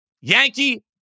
Yankee